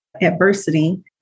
adversity